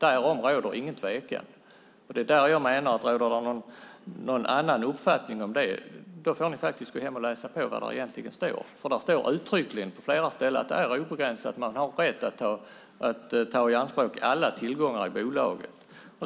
Därom råder det ingen tvekan. Råder det någon annan uppfattning om det får ni gå hem och läsa på. Det står uttryckligen på flera ställen att det är obegränsat. Man har rätt att ta i anspråk alla tillgångar i bolaget.